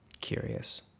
Curious